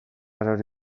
erori